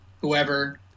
whoever